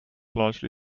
largely